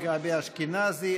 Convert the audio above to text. גבי אשכנזי,